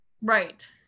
right